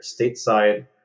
stateside